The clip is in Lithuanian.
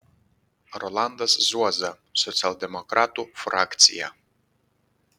rolandas zuoza socialdemokratų frakcija